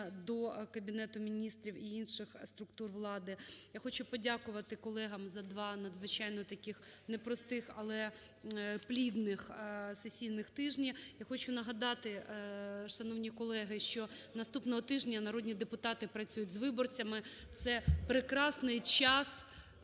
до Кабінету Міністрів і інших структур влади. Я хочу подякувати колегам за два надзвичайно таких не простих, але плідних сесійних тижні. Я хочу нагадати, шановні колеги, що наступного тижня народні депутати працюють з виборцями, це прекрасний час…